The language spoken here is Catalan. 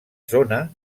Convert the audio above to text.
zona